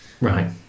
right